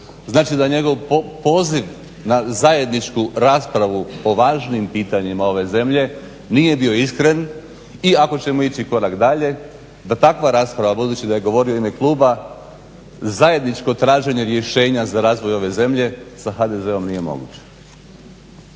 Znači da njegov poziv na zajedničku raspravu o važnim pitanjima ove zemlje nije bio iskren i ako ćemo ići korak dalje da takva rasprava budući da je govorio u ime kluba, zajedničko traženje rješenja za razvoj ove zemlje sa HDZ—om nije moguć.